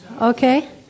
Okay